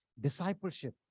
Discipleship